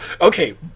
Okay